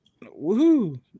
woohoo